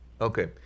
Okay